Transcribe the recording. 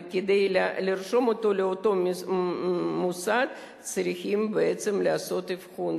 וכדי לרשום אותו לאותו מוסד צריכים בעצם לעשות אבחון,